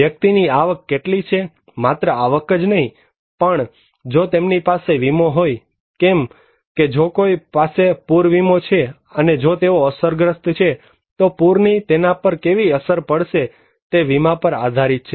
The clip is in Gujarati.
વ્યક્તિની આવક કેટલી છે માત્ર આવક જ નહીં પણ જો તેમની પાસે વીમો હોય કેમ કે જો કોઈ પાસે પુર વીમો છે અને જો તેઓ અસરગ્રસ્ત છે તો પૂરની તેના પર કેવી અસર પડશે તે વીમા પર આધારિત છે